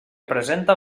presenta